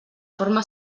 forma